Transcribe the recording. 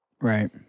Right